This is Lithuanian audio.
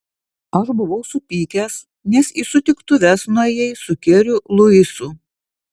aš buvau supykęs nes į sutiktuves nuėjai su keriu luisu